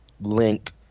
link